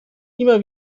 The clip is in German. immer